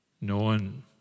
known